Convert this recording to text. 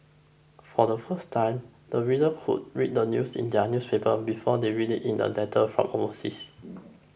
for the first time the readers could read the news in their newspaper before they read it in letters from overseas